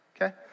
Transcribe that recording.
okay